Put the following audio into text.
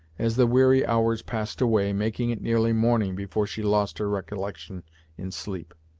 as the weary hours passed away, making it nearly morning before she lost her recollection in sleep.